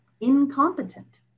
incompetent